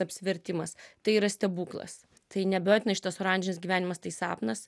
apsivertimas tai yra stebuklas tai neabejotinai šitas oranžinis gyvenimas tai sapnas